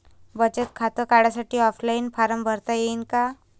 बचत खातं काढासाठी ऑफलाईन फारम भरता येईन का?